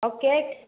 ଆଉ କେକ୍